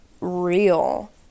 real